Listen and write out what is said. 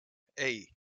hey